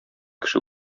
кеше